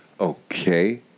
okay